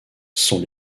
sont